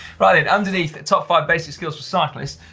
right, and underneath top five basic skills for cyclists,